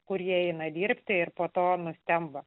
kurie eina dirbti ir po to nustemba